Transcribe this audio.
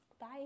Bye